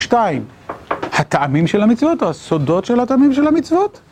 שתיים, הטעמים של המצוות או הסודות של הטעמים של המצוות?